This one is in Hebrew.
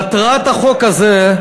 מטרת החוק הזה,